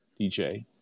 dj